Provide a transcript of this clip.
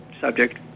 subject